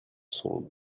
sont